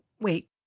wait